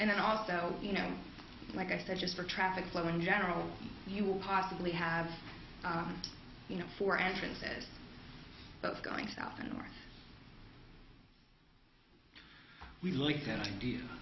and then also you know like i said just for traffic flow in general you will possibly have you know four entrances that's going south and or we like the idea